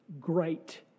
Great